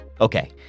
Okay